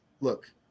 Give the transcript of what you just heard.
look